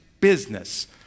business